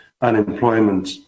unemployment